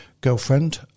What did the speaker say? girlfriend